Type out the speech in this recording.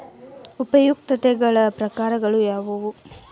ಉಪಯುಕ್ತತೆಗಳ ಪ್ರಕಾರಗಳು ಯಾವುವು?